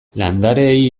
landareei